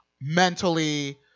mentally